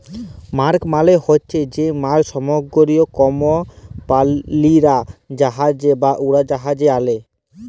cargo মালে হছে যে মাল সামগ্রী কমপালিরা জাহাজে বা উড়োজাহাজে আলে